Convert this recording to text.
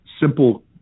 simple